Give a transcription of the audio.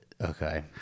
Okay